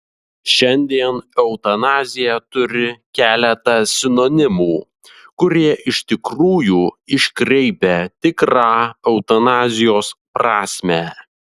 šiandien eutanazija turi keletą sinonimų kurie iš tikrųjų iškreipia tikrą eutanazijos prasmę